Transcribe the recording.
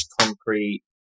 concrete